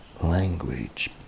language